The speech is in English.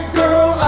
girl